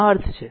આ અર્થ છે